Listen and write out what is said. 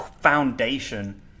foundation